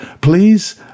Please